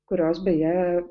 kurios beje